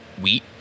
wheat